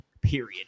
period